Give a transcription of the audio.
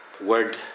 word